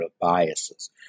biases